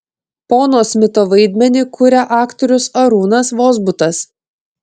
pono smito vaidmenį kuria aktorius arūnas vozbutas